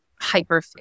hyper